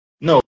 no